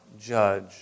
judge